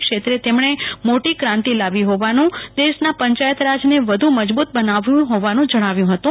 ક્ષેત્રે તેમણે મોટી ક્રાંતિ લાવી હોવાનું દેશના પંચાયતી રાજને વધુ શ્રંબુત બનાવ્યુ હોવાનું જણાવ્યુ હતું